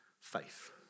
faith